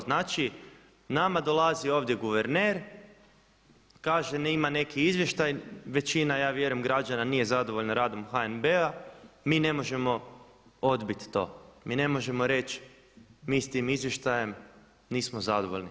Znači nama dolazi ovdje guverner kaže ima neki izvještaj, većina ja vjerujem građana nije zadovoljna radom HNB-a, mi ne možemo odbit to, mi ne možemo reći mi s tim izvještajem nismo zadovoljni.